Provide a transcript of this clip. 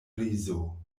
rizo